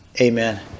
Amen